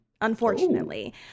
unfortunately